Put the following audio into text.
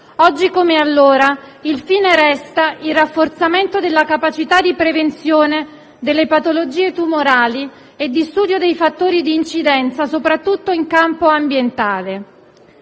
Oggi, come allora, il fine resta il rafforzamento della capacità di prevenzione delle patologie tumorali e lo studio dei fattori di incidenza, soprattutto in campo ambientale.